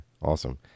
Awesome